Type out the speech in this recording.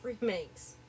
remakes